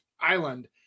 island